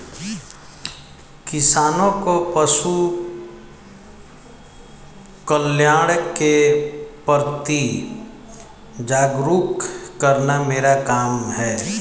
किसानों को पशुकल्याण के प्रति जागरूक करना मेरा काम है